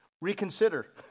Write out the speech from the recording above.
Reconsider